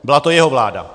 Byla to jeho vláda.